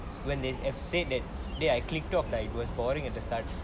when they have said that I clicked off that it was boring at the start